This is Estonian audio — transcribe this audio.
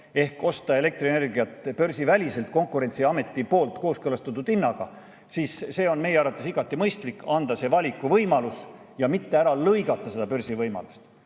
ehk osta elektrienergiat börsiväliselt Konkurentsiameti poolt kooskõlastatud hinnaga on meie arvates igati mõistlik. [On mõistlik] anda see valikuvõimalus ja mitte ära lõigata seda börsivõimalust.